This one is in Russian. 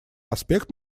аспект